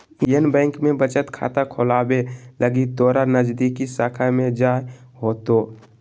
Indian Bank में बचत खाता खोलावे लगी तोरा नजदीकी शाखा में जाय होतो